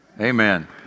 Amen